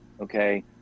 okay